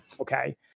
Okay